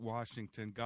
Washington